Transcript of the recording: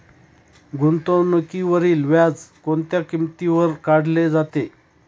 गुंतवणुकीवरील व्याज कोणत्या किमतीवर काढले जाते?